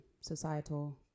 societal